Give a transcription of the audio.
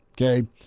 Okay